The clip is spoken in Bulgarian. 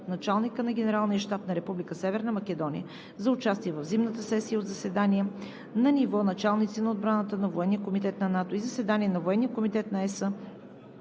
на началника на Генералния щаб на Република Северна Македония за участие в зимната сесия от заседания на ниво началници на отбраната на Военния комитет на НАТО